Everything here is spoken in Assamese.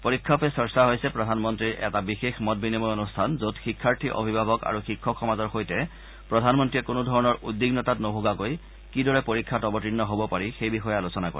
পৰীক্ষা পে চৰ্চা হৈছে প্ৰধানমন্তীৰ এটা বিশেষ মত বিনিময় অনুষ্ঠান যত শিক্ষাৰ্থী অভিভাৱক আৰু শিক্ষক সমাজৰ সৈতে প্ৰধানমন্ত্ৰীয়ে কোনোধৰণৰ উদ্বিগ্নতাত নোভোগাকৈ কিদৰে পৰীক্ষাত অৱতীৰ্ণ হব পাৰি সেই বিষয়ে আলোচনা কৰে